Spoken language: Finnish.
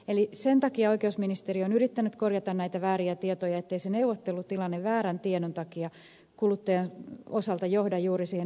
eli sen takia oikeusministeriö on yrittänyt korjata näitä vääriä tietoja ettei se neuvottelutilanne väärän tiedon takia kuluttajan osalta johda juuri siihen ed